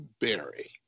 Berry